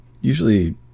Usually